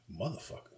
Motherfucker